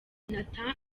nathan